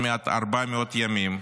עוד מעט 400 ימים.